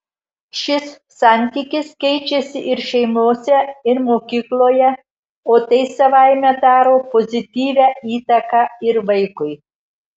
šis santykis keičiasi ir šeimose ir mokykloje o tai savaime daro pozityvią įtaką ir vaikui